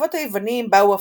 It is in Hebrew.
בעקבות היוונים באו הפיניקים,